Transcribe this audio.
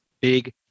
big